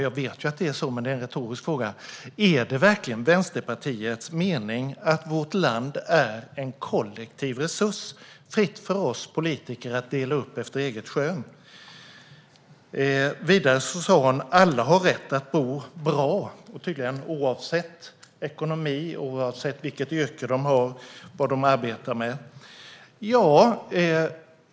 Jag vet ju att det är så, men min retoriska fråga är: Är det verkligen Vänsterpartiets mening att vårt land är en "kollektiv resurs" som det står oss politiker fritt att dela upp efter eget skön? Vidare sa hon att alla har rätt att bo bra. Det gäller tydligen oavsett ekonomi och vad man arbetar med.